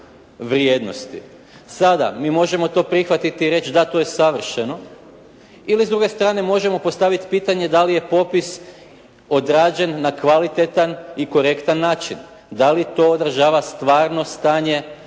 Sada mi možemo to prihvatiti i reći da to je savršeno ili s druge strane možemo postaviti pitanje da li je popis odrađen na kvalitetan i korektan način. Da li to održava stvarno stanje